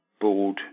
board